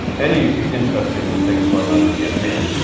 any interesting things going on in the campaign.